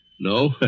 No